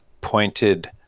pointed